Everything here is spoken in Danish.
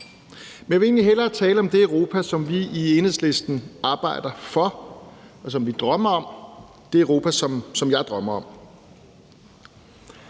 Men jeg vil hellere tale om det Europa, som vi i Enhedslisten arbejder for, og som vi drømmer om; det Europa, som jeg drømmer om.